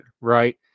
right